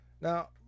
Now